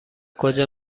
کجا